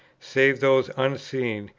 save those unseen,